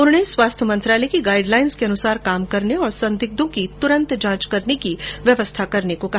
उन्होंने स्वास्थ्य मंत्रालय की गाईड लाईन्स के अनुसार काम करने और संदिग्धों की तुरंत जांच करने की व्यवस्था करने को कहा